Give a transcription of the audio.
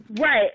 Right